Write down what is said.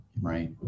Right